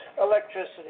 electricity